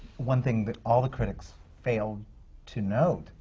one thing that all the critics failed to note,